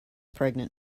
pregnant